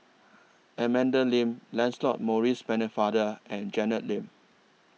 Amanda Lancelot Maurice Pennefather and Janet Lim